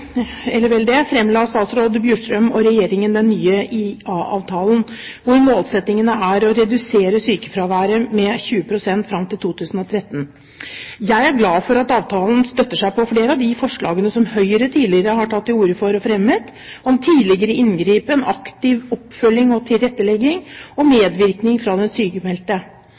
eller vel det – framla statsråd Bjurstrøm og Regjeringen den nye IA-avtalen, der målsettingen er å redusere sykefraværet med 20 pst. fram til 2013. Jeg er glad for at avtalen støtter seg på flere av de forslagene som Høyre tidligere har tatt til orde for og fremmet, om tidligere inngripen, aktiv oppfølging og tilrettelegging, og medvirkning fra den sykmeldte.